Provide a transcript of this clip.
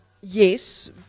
yes